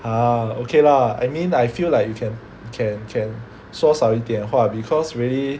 !huh! okay lah I mean I feel like you can can can 说少一点话 because really